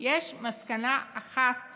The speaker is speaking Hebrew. יש מסקנה אחת